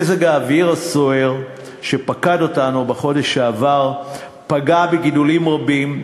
מזג האוויר הסוער שפקד אותנו בחודש שעבר פגע בגידולים רבים,